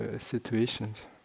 situations